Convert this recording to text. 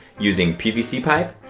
using pvc pipe,